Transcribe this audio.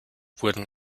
wurden